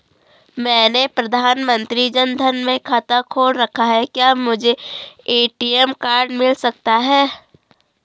मैंने प्रधानमंत्री जन धन में खाता खोल रखा है क्या मुझे ए.टी.एम कार्ड मिल सकता है?